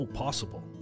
possible